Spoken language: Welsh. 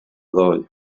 ddoe